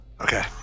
Okay